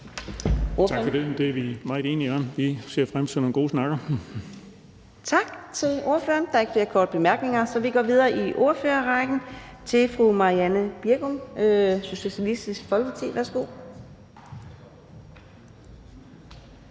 Tak for det. Det er vi meget enige om. Vi ser frem til nogle gode snakke. Kl. 13:04 Fjerde næstformand (Karina Adsbøl): Tak til ordføreren. Der er ikke flere korte bemærkninger, så vi går videre i ordførerrækken til fru Marianne Bigum, Socialistisk Folkeparti. Værsgo.